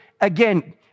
again